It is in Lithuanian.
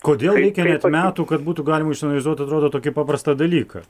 kodėl reikia net metų kad būtų galima išanalizuot atrodo tokį paprastą dalyką